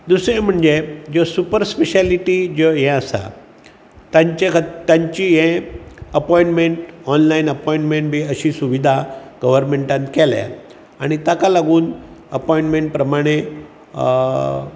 दुसरें म्हणजें ज्यो सुपर स्पेशलीटी ज्यो हे आसा तांचे खा तांची हे अपॉइंटमेंट ऑनलायन अपॉइंटमेंट बीन अशी सुवीधा गवर्नमेंटान केल्या आनी ताका लागुन अपॉइंटमेंट प्रमाणें अ